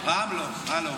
פעם לא.